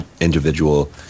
individual